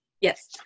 Yes